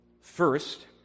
First